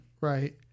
right